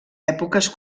èpoques